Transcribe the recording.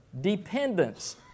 Dependence